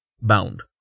bound